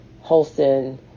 holston